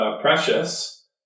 precious